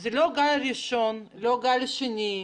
זה לא גל ראשון, לא גל שני,